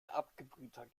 abgebrühter